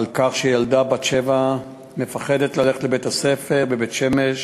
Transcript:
כך שילדה בת שבע מפחדת ללכת לבית-הספר בבית-שמש